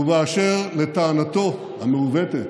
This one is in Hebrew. ובאשר לטענתו המעוותת,